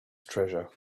treasure